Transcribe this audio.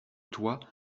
toi